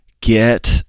get